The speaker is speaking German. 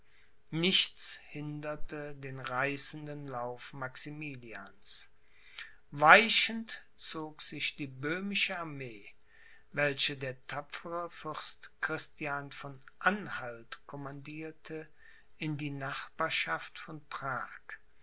nichts hinderte den reißenden lauf maximilians weichend zog sich die böhmische armee welche der tapfere fürst christian von anhalt kommandierte in die nachbarschaft von prag